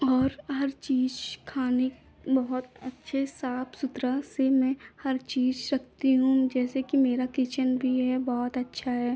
और हर चीज़ खाने बहुत अच्छे साफ सुथरा से मैं हर चीज़ सकती हूँ जैसे कि मेरा किचन भी है बहुत अच्छा है